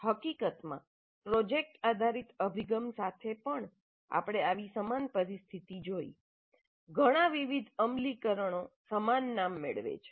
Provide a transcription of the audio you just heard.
હકીકતમાં પ્રોજેક્ટ આધારિત અભિગમ સાથે પણ આપણે આવી સમાન પરિસ્થિતિ જોઇ ઘણાં વિવિધ અમલીકરણો સમાન નામ મેળવે છે